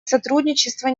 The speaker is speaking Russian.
сотрудничества